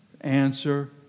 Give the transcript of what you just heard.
answer